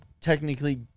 technically